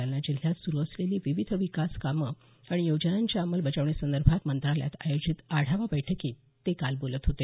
जालना जिल्ह्यात सुरू असलेली विविध विकास कामं आणि योजनांच्या अंमलबजावणी संदर्भात मंत्रालयात आयोजित आढावा बैठकीत ते काल बोलत होते